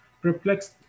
perplexed